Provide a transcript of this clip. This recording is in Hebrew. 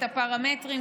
את הפרמטרים,